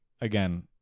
again